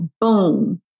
boom